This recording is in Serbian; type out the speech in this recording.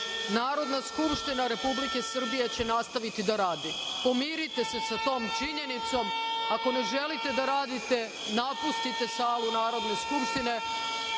Narodna skupština Republike Srbije će nastaviti da radi. Pomirite se sa tom činjenicom. Ako ne želite da radite, napustite salu Narodne skupštine.